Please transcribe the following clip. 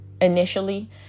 initially